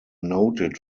noted